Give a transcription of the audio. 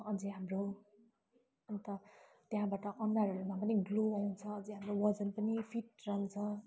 अझ हाम्रो अन्त त्यहाँबाट अनुहारहरूमा पनि ग्लो आउँछ अझ हाम्रो वजन पनि फिट रहन्छ